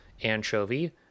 anchovy